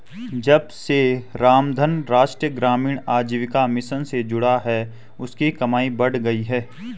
जब से रामधन राष्ट्रीय ग्रामीण आजीविका मिशन से जुड़ा है उसकी कमाई बढ़ गयी है